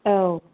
औ